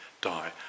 Die